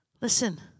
Listen